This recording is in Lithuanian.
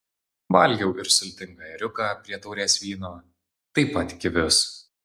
valgiau ir sultingą ėriuką prie taurės vyno taip pat kivius